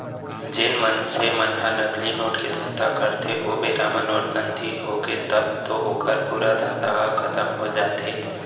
जेन मनसे मन ह नकली नोट के धंधा करथे ओ बेरा म नोटबंदी होगे तब तो ओखर पूरा धंधा ह खतम हो जाथे